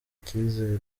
icyizere